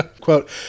quote